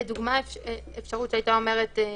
אפשרות שאומרת לדוגמה,